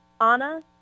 Anna